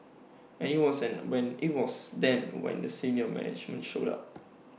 and IT was when IT was then we senior management showed up